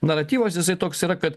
naratyvas jisai toks yra kad